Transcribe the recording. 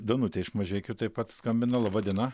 danutė iš mažeikių taip pat skambina laba diena